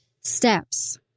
steps